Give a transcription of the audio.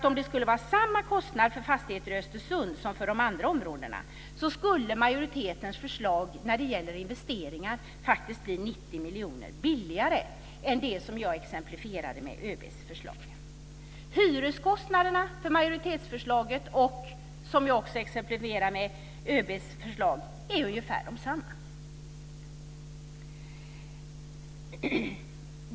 Om det skulle vara samma kostnad för fastigheter i Östersund som för de andra områdena skulle majoritetens förslag till investeringar faktiskt bli 90 miljoner billigare än ÖB:s förslag. ÖB:s förslag är ungefär desamma.